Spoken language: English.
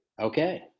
okay